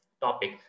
topic